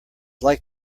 like